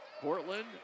Portland